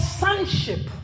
sonship